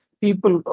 people